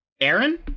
Aaron